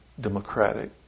democratic